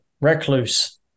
recluse